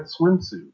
swimsuit